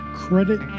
credit